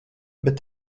bet